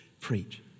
preach